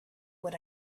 what